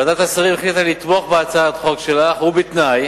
ועדת השרים החליטה לתמוך בהצעת החוק שלך, ובתנאי